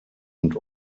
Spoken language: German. und